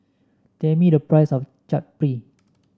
tell me the price of Chaat Papri